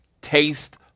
taste